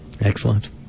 Excellent